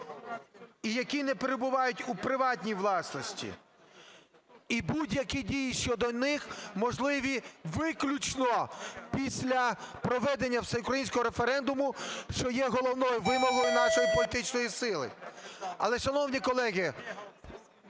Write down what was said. і які не перебувають у приватній власності, і будь-які дії щодо них можливі виключно після проведення всеукраїнського референдуму, що є головною вимогою нашої політичної сили. Але, шановні колеги,